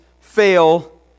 fail